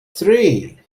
three